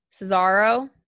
Cesaro